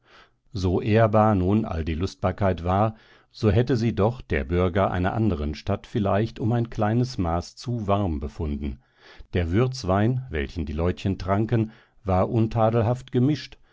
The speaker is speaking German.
so ehrbar nun all die lustbarkeit war so hätte sie doch der bürger einer anderen stadt vielleicht um ein kleines maß zu warm befunden der würzwein welchen die leutchen tranken war untadelhaft gemischt